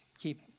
keep